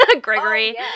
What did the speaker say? Gregory